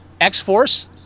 X-Force